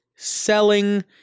Selling